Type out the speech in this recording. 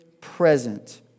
present